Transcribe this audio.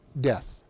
death